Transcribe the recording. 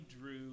drew